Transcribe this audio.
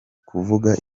ukuvuga